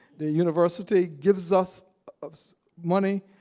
the university gives us us money.